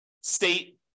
state